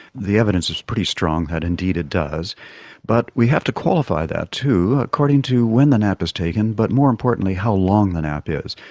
the evidence is pretty strong that indeed it does but we have to qualify that too according to when the nap is taken but more importantly how long the nap is.